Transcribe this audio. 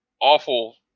awful